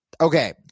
okay